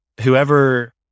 whoever